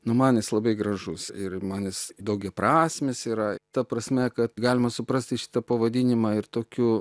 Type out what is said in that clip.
nu man jis labai gražus ir man jis daugiaprasmis yra ta prasme kad galima suprasti šitą pavadinimą ir tokiu